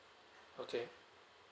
okay